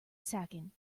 sacking